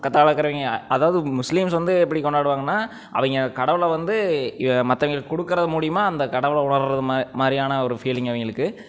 பக்கத்தில் இருக்கிறவிங்க அதாவது முஸ்லிம்ஸ் வந்து எப்படி கொண்டாடுவாங்கன்னால் அவங்க கடவுளை வந்து மற்றவிங்களுக்கு கொடுக்குறது மூலமா அந்த கடவுளை உணர்வது மாதிரியான ஒரு ஃபீலிங் அவங்களுக்கு